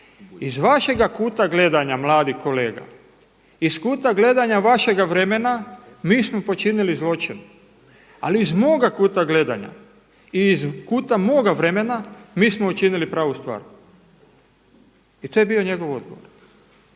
iz vašega kuta gledanja mladi kolega, iz kuta gledanja vašega vremena mi smo počinili zločin, ali iz moga kuta gledanja i iz kuta moga vremena mi smo učinili pravu stvar i to je bio njegov odgovor.